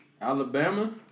Alabama